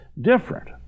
different